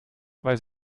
weiß